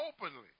openly